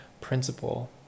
principle